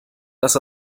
dass